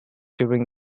during